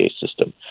system